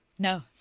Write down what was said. No